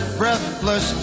breathless